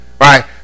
right